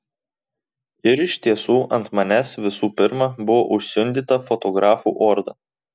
ir iš tiesų ant manęs visų pirma buvo užsiundyta fotografų orda